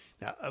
Now